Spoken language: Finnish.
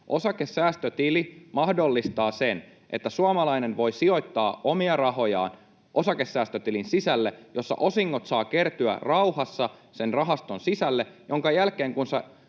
Osakesäästötili mahdollistaa sen, että suomalainen voi sijoittaa omia rahojaan osakesäästötilin sisälle, jossa osingot saavat kertyä rauhassa rahaston sisälle, jonka jälkeen, kun